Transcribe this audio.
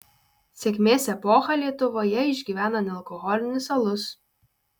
sėkmės epochą lietuvoje išgyvena nealkoholinis alus